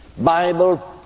Bible